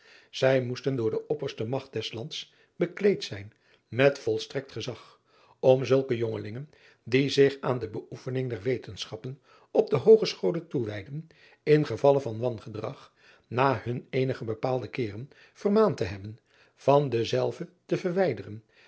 zij moesten door de opperste magt des ands bekleed zijn met volstrekt gezag om zulke jongelingen die zich aan de beoefening der wetenschappen op de oogescholen toewijdden ingevalle van wangedrag na hun eenige bepaalde keeren vermaand te hebben van dezelve te verwijderen